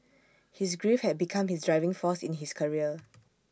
his grief had become his driving force in his career